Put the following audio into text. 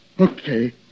Okay